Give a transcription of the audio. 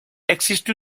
existe